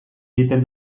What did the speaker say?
egiten